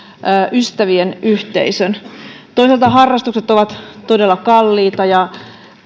ystävien yhteisön toisaalta harrastukset ovat todella kalliita ja